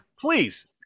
please